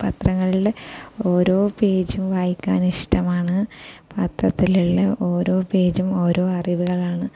പത്രങ്ങളിലെ ഓരോ പേജും വായിക്കാൻ ഇഷ്ടമാണ് പത്രത്തിലുള്ള ഓരോ പേജും ഓരോ അറിവുകളാണ്